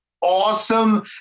awesome